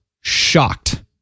shocked